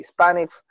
Hispanics